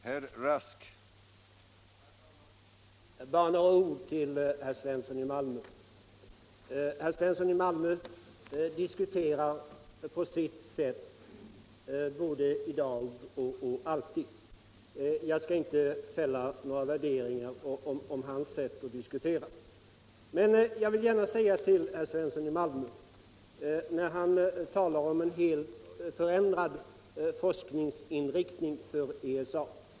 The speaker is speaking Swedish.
Herr talman! Bara några ord till herr Svensson i Malmö. Han diskuterar på sitt sätt både i dag och alltid. Jag skall inte fälla några värdeomdömen om hans sätt att diskutera. Herr Svensson talar om en helt förändrad forskningsinriktning för ESA.